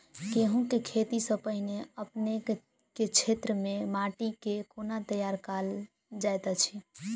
गेंहूँ केँ खेती सँ पहिने अपनेक केँ क्षेत्र मे माटि केँ कोना तैयार काल जाइत अछि?